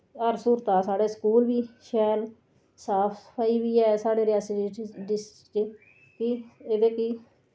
हर स्हूलतां साढ़े स्कूल बी शैल साफ सफाई बी ऐ साढ़े रियासी डिस्ट्रिक डिस्ट्रिक च कि एह्दे कि